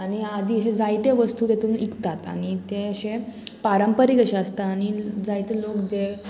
आनी आदी हे जायते वस्तू तेतून विकतात आनी ते अशे पारंपारीक अशे आसता आनी जायते लोक जे